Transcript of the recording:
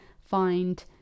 find